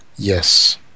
yes